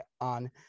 on